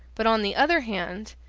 but on the other hand,